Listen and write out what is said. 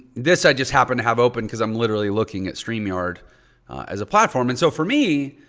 this i just happen to have open because i'm literally looking at streamyard as a platform. and so for me,